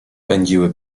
pędziły